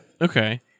Okay